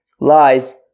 lies